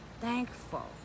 thankful